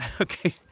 Okay